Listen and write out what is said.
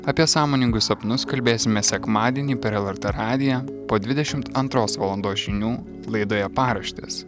apie sąmoningus sapnus kalbėsime sekmadienį per lrt radiją po dvidešimt antros valandos žinių laidoje paraštės